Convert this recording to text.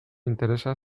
interesa